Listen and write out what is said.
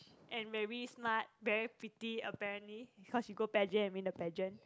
and very smart very pretty apparently cause she go pageant and win the pageant